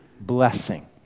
blessing